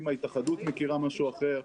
אם ההתאחדות מכירה משהו אחר,